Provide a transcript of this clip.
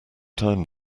time